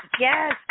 Yes